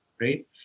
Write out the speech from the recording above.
right